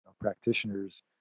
practitioners